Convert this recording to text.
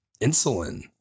insulin